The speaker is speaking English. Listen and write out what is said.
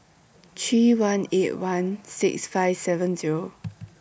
three one eight one six five seven Zero